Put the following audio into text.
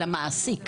על המעסיק.